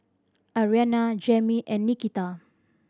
Arianna Jamie and Nikita